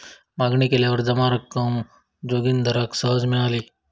मागणी केल्यावर जमा रक्कम जोगिंदराक सहज मिळाली